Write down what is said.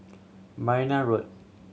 Marne Road